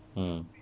mm